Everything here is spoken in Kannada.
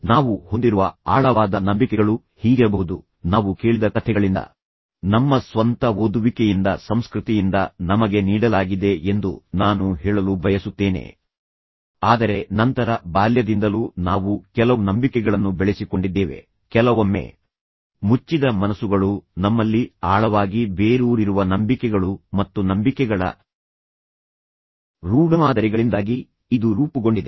ನಾವು ಹೊಂದಿರುವ ಆಳವಾದ ನಂಬಿಕೆಗಳು ಹೀಗಿರಬಹುದು ನಾವು ಕೇಳಿದ ಕಥೆಗಳಿಂದ ನಮ್ಮ ಸ್ವಂತ ಓದುವಿಕೆಯಿಂದ ಸಂಸ್ಕೃತಿಯಿಂದ ನಮಗೆ ನೀಡಲಾಗಿದೆ ಎಂದು ನಾನು ಹೇಳಲು ಬಯಸುತ್ತೇನೆ ಆದರೆ ನಂತರ ಬಾಲ್ಯದಿಂದಲೂ ನಾವು ಕೆಲವು ನಂಬಿಕೆಗಳನ್ನು ಬೆಳೆಸಿಕೊಂಡಿದ್ದೇವೆ ಕೆಲವೊಮ್ಮೆ ಮುಚ್ಚಿದ ಮನಸ್ಸುಗಳು ನಮ್ಮಲ್ಲಿ ಆಳವಾಗಿ ಬೇರೂರಿರುವ ನಂಬಿಕೆಗಳು ಮತ್ತು ನಂಬಿಕೆಗಳ ರೂಢಮಾದರಿಗಳಿಂದಾಗಿ ಇದು ರೂಪುಗೊಂಡಿದೆ